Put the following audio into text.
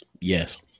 Yes